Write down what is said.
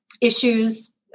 issues